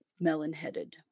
Melon-headed